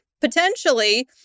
Potentially